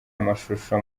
amashusho